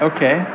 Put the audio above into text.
Okay